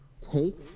take